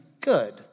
good